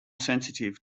sensitive